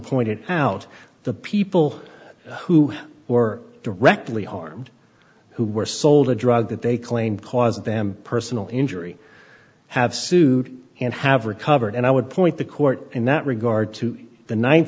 pointed out the people who were directly harmed who were sold a drug that they claimed caused them personal injury have sued and have recovered and i would point the court in that regard to the